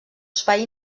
espai